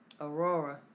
Aurora